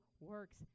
works